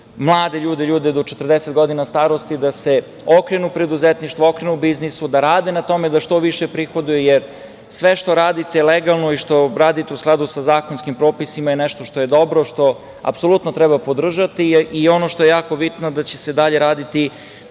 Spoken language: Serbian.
mlade ljude, ljude do 40 godina starosti, da se okrenu preduzetništvu, okrenu biznisu, da rade na tome da što više prihoduju, jer sve što radite legalno i što radite u skladu sa zakonskim propisima je nešto što je dobro, nešto što apsolutno treba podržati. I ono što je jako bitno, da će se dalje raditi